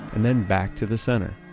and then back to the center.